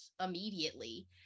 immediately